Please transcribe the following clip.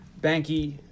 Banky